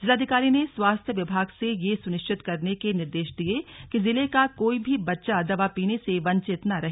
जिलाधिकारी ने स्वास्थ्य विभाग यह सुनिनिश्चित करने के निर्देश दिये कि जिले का कोई भी बच्चा दवा पीने से वंचित न रहे